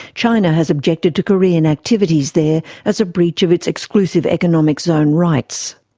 china has objected to korean activities there as a breach of its exclusive economic zone rights.